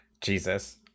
Jesus